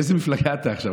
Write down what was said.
באיזו מפלגה אתה עכשיו?